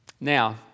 Now